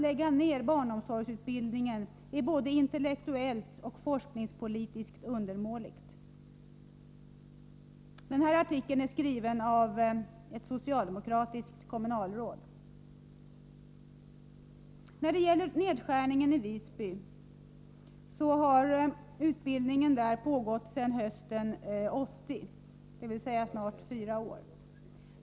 Där står också att det är både intellektuellt och forskningspolitiskt undermåligt att lägga ned barnomsorgsutbildningen. Artikeln är skriven av ett socialdemokratiskt kommunalråd. När det gäller nedskärningen i Visby, så har utbildningen där pågått sedan hösten 1980, dvs. snart fyra år.